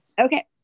Okay